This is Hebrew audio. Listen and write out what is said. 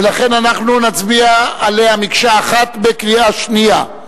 ולכן אנחנו נצביע עליה מקשה אחת בקריאה שנייה.